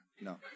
No